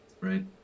Right